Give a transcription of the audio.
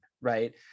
right